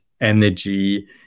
energy